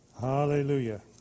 Hallelujah